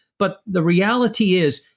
but the reality is,